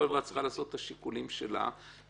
השיקולים שלה,